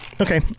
Okay